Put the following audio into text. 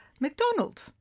McDonald's